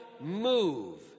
move